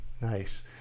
Nice